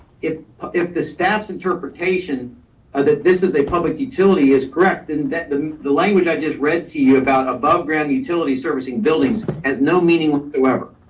if if the staff's interpretation or that this is a public utility is correct. and that the the language i just read to you about above ground utility servicing buildings has no meaning whoever,